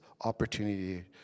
opportunity